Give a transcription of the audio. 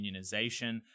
unionization